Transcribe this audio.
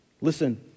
Listen